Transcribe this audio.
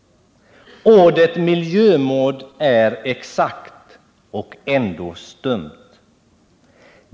——-- Ordet miljömord är exakt —-och ändå stumt.